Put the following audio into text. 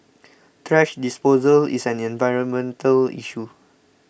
thrash disposal is an environmental issue